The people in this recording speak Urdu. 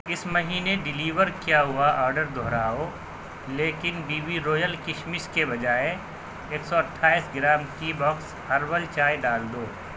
اس مہینے ڈیلیور کیا ہوا آرڈر دہراؤ لیکن بی بی روئل کشمش کے بجائے ایک سو اٹھائیس گرام ٹی باکس ہربل چائے ڈال دو